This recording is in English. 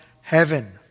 heaven